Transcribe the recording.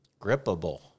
Grippable